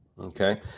Okay